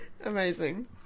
Amazing